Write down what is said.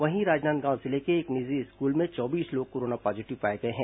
वहीं राजनादगांव जिले के एक निजी स्कूल में चौबीस लोग कोरोना पॉजीटिव पाए गए हैं